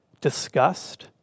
disgust